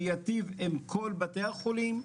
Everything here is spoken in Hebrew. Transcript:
שייטיב עם כל בתי החולים,